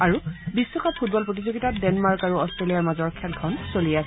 আৰু বিশ্বকাপ ফুটবল প্ৰতিযোগিতাত ডেনমাৰ্ক আৰু অষ্ট্ৰেলিয়াৰ মাজৰ খেলখন চলি আছে